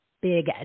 Big